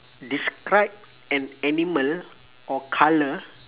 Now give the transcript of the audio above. describe an animal or colour